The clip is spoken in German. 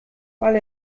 weil